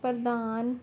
ਪ੍ਰਦਾਨ